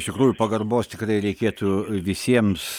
iš tikrųjų pagarbos tikrai reikėtų visiems